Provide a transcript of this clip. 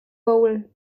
boel